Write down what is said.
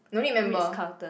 no need member